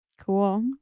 Cool